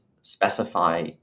specify